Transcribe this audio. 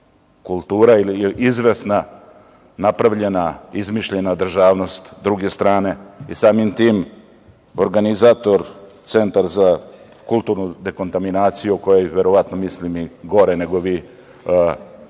kultura ili izvesna napravljena, izmišljena državnost druge strane i samim tim organizator Centar za kulturnu dekontaminaciju o kojoj verovatno mislim i gore nego vi